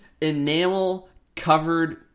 enamel-covered